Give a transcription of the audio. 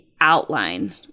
outline